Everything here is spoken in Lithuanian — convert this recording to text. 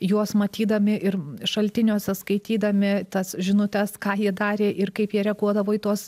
juos matydami ir šaltiniuose skaitydami tas žinutes ką jie darė ir kaip jie reaguodavo į tuos